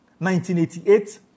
1988